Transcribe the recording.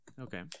Okay